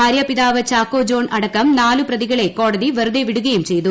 ഭാര്യാപിതാവ് Chacko John അടക്കം നാലു പ്രതികളെ കോടതി വെറുതെ വിടുകയും ചെയ്തു